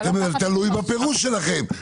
זה תלוי בפירוש שלכם.